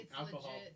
alcohol